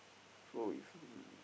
so if